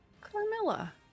Carmilla